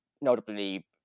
notably